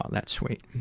ah that's sweet.